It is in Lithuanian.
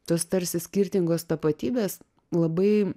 tos tarsi skirtingos tapatybės labai